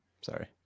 sorry